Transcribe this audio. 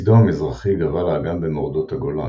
בצידו המזרחי גבל האגם במורדות הגולן,